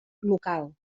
local